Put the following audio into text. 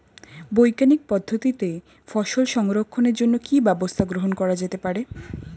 বৈজ্ঞানিক পদ্ধতিতে ফসল সংরক্ষণের জন্য কি ব্যবস্থা গ্রহণ করা যেতে পারে?